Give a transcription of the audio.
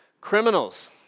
Criminals